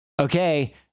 okay